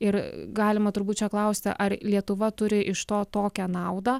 ir galima turbūt čia klausti ar lietuva turi iš to tokią naudą